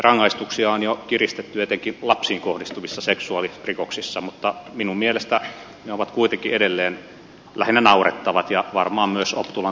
rangaistuksia on jo kiristetty etenkin lapsiin kohdistuvissa seksuaalirikoksissa mutta minun mielestäni ne ovat kuitenkin edelleen lähinnä naurettavat ja varmaan myös optulan tutkimuksen jälkeen